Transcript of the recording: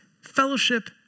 fellowship